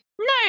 No